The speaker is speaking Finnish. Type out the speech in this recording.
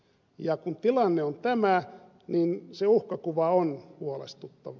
ja kun tilanne on tämä niin se uhkakuva on huolestuttava